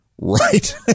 right